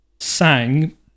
sang